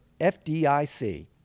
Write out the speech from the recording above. FDIC